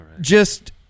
just-